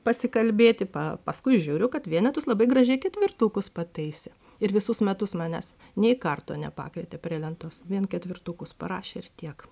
pasikalbėti pa paskui žiūriu kad vienetus labai gražiai ketvirtukus pataisė ir visus metus manęs nei karto nepakvietė prie lentos vien ketvirtukus parašė ir tiek